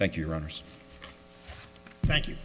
thank you runners thank you